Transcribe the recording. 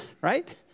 right